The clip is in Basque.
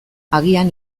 agian